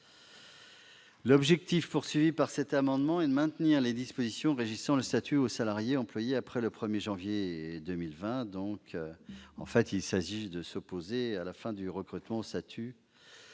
L'objectif poursuivi par les auteurs de l'amendement n° 76 est de maintenir les dispositions régissant le statut aux salariés employés après le 1 janvier 2020. En fait, il s'agit de s'opposer à la fin du recrutement au statut